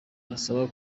basaba